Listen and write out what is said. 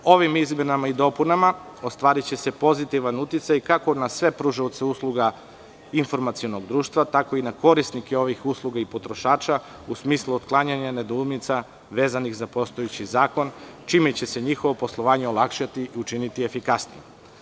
Ovim izmenama i dopunama ostvariće se pozitivan uticaj, kako na sve pružaoce usluga informacionog društva, tako i na korisnike ovih usluga i potrošača, u smislu otklanjanja nedoumica vezanih za postojeći zakon, čime će se njihovo poslovanje olakšati i učiniti efikasnijim.